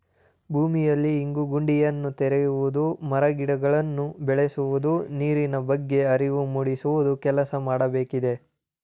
ಭೂಮಿಯಲ್ಲಿ ಇಂಗು ಗುಂಡಿಯನ್ನು ತೆರೆಯುವುದು, ಮರ ಗಿಡಗಳನ್ನು ಬೆಳೆಸುವುದು, ನೀರಿನ ಬಗ್ಗೆ ಅರಿವು ಮೂಡಿಸುವ ಕೆಲಸ ಮಾಡಬೇಕಿದೆ